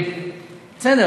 בסדר,